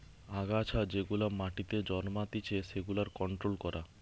আগাছা যেগুলা মাটিতে জন্মাতিচে সেগুলার কন্ট্রোল করা